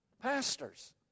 Pastors